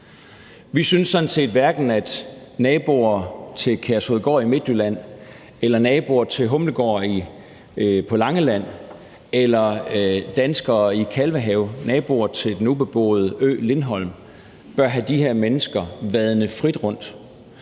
Vi synes sådan set, at hverken naboer til Kærshovedgård i Midtjylland eller naboer til Holmegaard på Langeland eller danskere i Kalvehave, naboer til den ubeboede ø Lindholm, bør have de her mennesker vadende frit rundt.